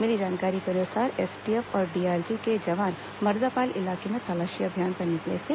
मिली जानकारी के अनुसार एसटीएफ और डीआरजी के जवान मर्दापाल इलाके में तलाशी अभियान पर निकले थे